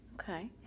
Okay